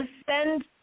spend